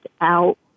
out